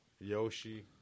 Yoshi